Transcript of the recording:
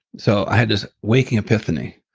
so i had this waking epiphany,